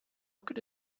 could